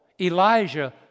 Elijah